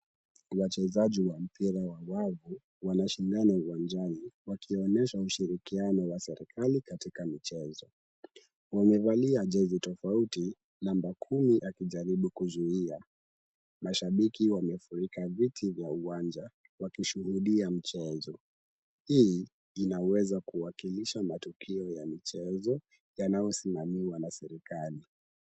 Wachezaji wa mpira wa wavu wanashindana uwanjani wakionesha ushirikiano katika michezo. Wamevalia jezi tofauti namba kumi akijaribu kuzuia. Mashabiki wamefurika viti vya uwanja wakishuhudia mchezo. Hii inaweza kuwakilisha matukio ya michezo yanayosimamiwa na serikali.